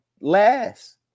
last